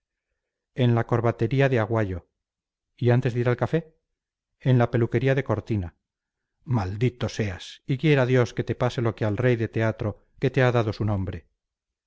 en la corbatería de aguayo y antes de ir al café en la peluquería de cortina maldito seas y quiera dios que te pase lo que al rey de teatro que te ha dado su nombre